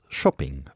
shopping